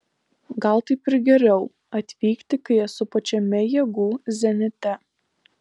gal taip ir geriau atvykti kai esu pačiame jėgų zenite